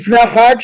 לפני החג,